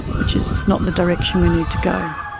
which is not the direction we need to go.